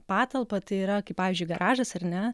patalpą tai yra kaip pavyzdžiui garažas ar ne